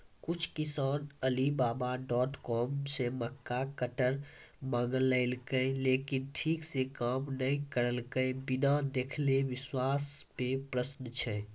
कुछ किसान Alibaba dot com से मक्का कटर मंगेलके लेकिन ठीक से काम नेय करलके, बिना देखले विश्वास पे प्रश्न छै?